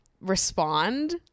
respond